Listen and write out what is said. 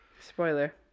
spoiler